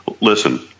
Listen